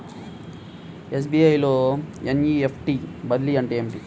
SBI లో NEFT బదిలీ అంటే ఏమిటి?